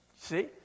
See